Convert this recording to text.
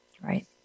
Right